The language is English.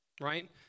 Right